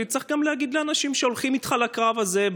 צריך גם להגיד לאנשים שהולכים איתך לקרב הזה,